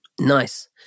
Nice